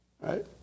Right